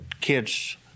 kids